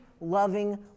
loving